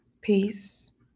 peace